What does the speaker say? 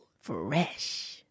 Fresh